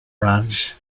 ranch